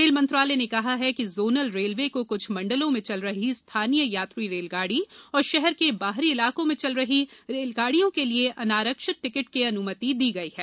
rail मंत्रालय ने कहा है कि जोनल रेलवे को कुछ मंडलों में चल रही स्थानीय यात्री रेलगाड़ी और शहर के बाहरी इलाकों में चल रही रेलगाड़ियों के लिए अनारक्षित टिकट के अनुमति दी गई है